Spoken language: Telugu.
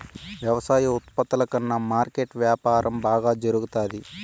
వ్యవసాయ ఉత్పత్తుల కన్నా మార్కెట్ వ్యాపారం బాగా జరుగుతాది